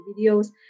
videos